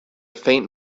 faint